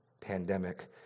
pandemic